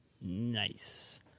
Nice